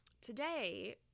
today